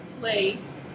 place